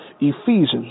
Ephesians